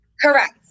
Correct